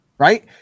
Right